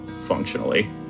functionally